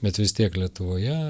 bet vis tiek lietuvoje